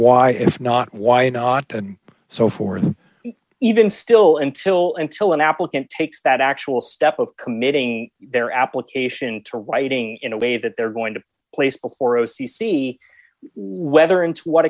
if not why not and so forth even still until until an applicant takes that actual step of committing their application to writing in a way that they're going to place or o c c whether